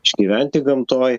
išgyventi gamtoj